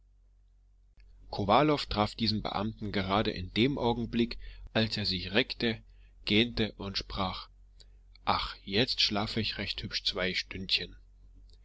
kowalow traf diesen beamten gerade in dem augenblick als er sich reckte gähnte und sprach ach jetzt schlaf ich recht hübsch zwei stündchen